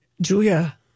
Julia